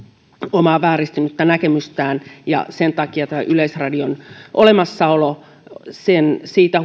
omaa vääristynyttä näkemystään pidetään sen takia huolta yleisradion olemassaolosta siitä